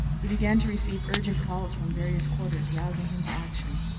he began to receive urgent calls from various quarters, rousing him to action.